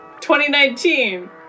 2019